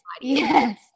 yes